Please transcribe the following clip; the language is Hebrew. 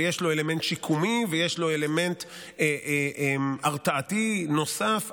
ויש לו אלמנט שיקומי ויש לו אלמנט הרתעתי נוסף.